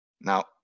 Now